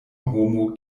homo